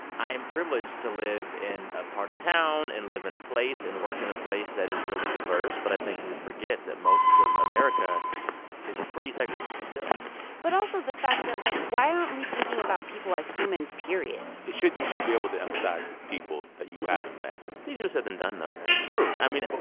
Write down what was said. i'm privileged to live in a part of town and live in a place and work in a place that is really diverse. but i think we forget that most of america is pretty segregated still but also the fact that, like, why aren't we thinking about people as humans period? you should be able to empathize with people that you haven't met it's easier said than done, though, right? true i mean, but